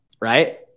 right